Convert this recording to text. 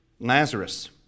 Lazarus